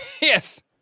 Yes